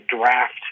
draft